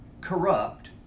corrupt